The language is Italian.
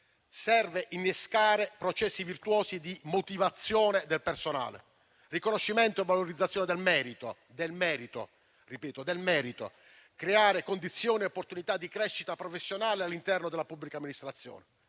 Serve innescare processi virtuosi di motivazione del personale, riconoscimento e valorizzazione del merito; creare condizioni e opportunità di crescita professionale all'interno della pubblica amministrazione.